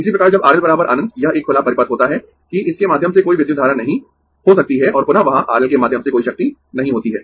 इसी प्रकार जब RL अनंत यह एक खुला परिपथ होता है कि इसके माध्यम से कोई विद्युत धारा नहीं हो सकती है और पुनः वहाँ R L के माध्यम से कोई शक्ति नहीं होती है